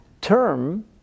term